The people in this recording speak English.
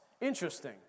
Interesting